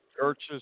churches